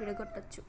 విడగొట్టొచ్చు